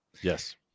Yes